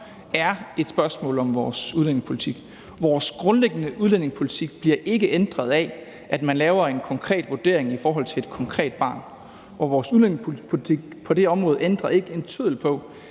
er et spørgsmål om vores udlændingepolitik. Vores grundlæggende udlændingepolitik bliver ikke ændret af, at man laver en konkret vurdering i forhold til et konkret barn, og vores udlændingepolitik på det område ændrer ikke en tøddel på,